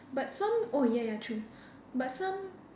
but some oh ya ya true but some